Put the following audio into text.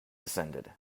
descended